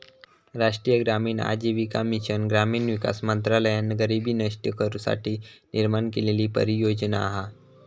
राष्ट्रीय ग्रामीण आजीविका मिशन ग्रामीण विकास मंत्रालयान गरीबी नष्ट करू साठी निर्माण केलेली परियोजना हा